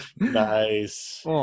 Nice